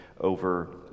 over